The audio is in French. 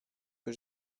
que